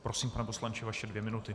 Prosím, pane poslanče, vaše dvě minuty.